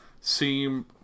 seem